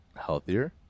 healthier